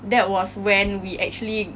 that was when we actually